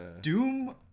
Doom